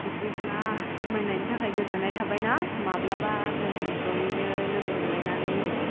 बिदिब्ला फोरमायनायनि थाखाय गोजोननाय थाबायना माब्लाबा जों जयैनो लोगो हमलायनानै